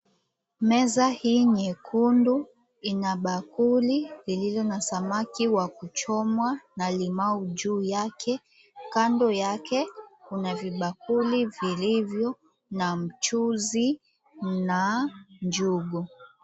Meza hii nyekundu ina bakuli lililo na samaki wa kuchomwa na limau juu yake. Kando yake kuna vibakuli vilivyo na mchuzi na njugu.